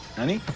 naani,